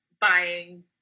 buying